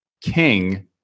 king